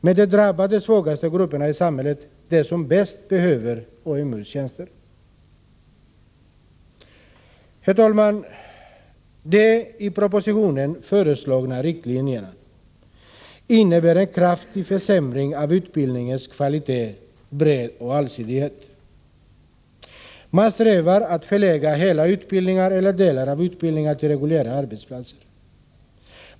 Men det drabbar de svagaste grupperna i samhället, de som bäst behöver AMU:s tjänster. Herr talman! Propositionens förslag till riktlinjer innebär en kraftig försämring av utbildningens kvalitet, bredd och allsidighet. Man strävar efter att förlägga hela utbildningar, eller delar av utbildningar, till reguljära arbetsplatser.